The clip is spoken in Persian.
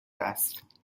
است